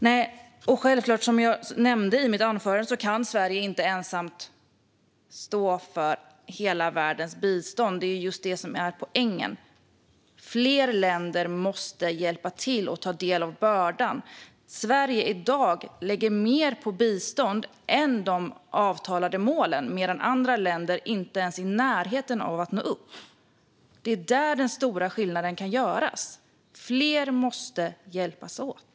Nej, som jag nämnde i mitt anförande kan Sverige självklart inte ensamt stå för hela världens bistånd. Det är just det som är poängen. Fler länder måste hjälpa till och ta del av bördan. Sverige lägger i dag mer på bistånd än de avtalade målen, medan andra länder inte ens är i närheten av att nå upp till dem. Det är där den stora skillnaden kan göras. Fler måste hjälpas åt.